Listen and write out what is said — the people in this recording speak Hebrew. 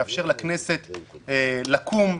לאפשר לכנסת לקום,